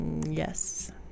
Yes